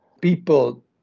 people